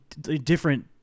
different